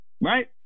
right